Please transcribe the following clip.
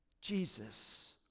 Jesus